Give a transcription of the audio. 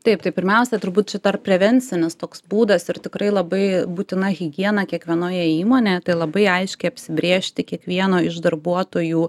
taip tai pirmiausia turbūt čia dar prevencinis toks būdas ir tikrai labai būtina higiena kiekvienoje įmonėje tai labai aiškiai apsibrėžti kiekvieno iš darbuotojų